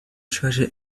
treasure